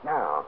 Now